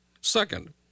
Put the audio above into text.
Second